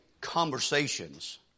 conversations